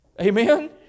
Amen